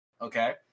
Okay